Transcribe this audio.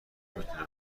میتونه